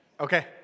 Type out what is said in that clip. Okay